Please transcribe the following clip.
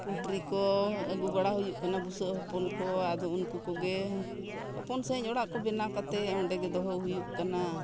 poultry ᱠᱚ ᱟᱹᱜᱩ ᱵᱟᱲᱟ ᱦᱩᱭᱩᱜ ᱠᱟᱱᱟ ᱵᱩᱥᱟᱹᱜ ᱦᱚᱯᱚᱱ ᱠᱚ ᱟᱫᱚ ᱩᱱᱠᱩ ᱠᱚᱜᱮ ᱦᱚᱯᱚᱱ ᱥᱟᱹᱦᱤᱡ ᱚᱲᱟᱜ ᱠᱚ ᱵᱮᱱᱟᱣ ᱠᱟᱛᱮ ᱚᱸᱰᱮᱜᱮ ᱫᱚᱦᱚ ᱦᱩᱭᱩᱜ ᱠᱟᱱᱟ